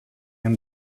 and